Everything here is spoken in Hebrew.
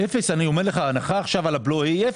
אפס, אני אומר לך, ההנחה עכשיו על הבלו היא אפס.